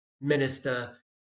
minister